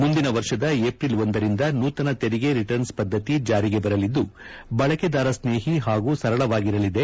ಮುಂದಿನ ವರ್ಷದ ಏಪ್ರಿಲ್ ಒಂದರಿಂದ ನೂತನ ತೆರಿಗೆ ರಿಟರ್ನ್ಸ್ ಪದ್ಧತಿ ಜಾರಿಗೆ ಬರಲಿದ್ದು ಬಳಕೆದಾರ ಸ್ನೇಹಿ ಹಾಗೂ ಸರಳವಾಗಿರಲಿದೆ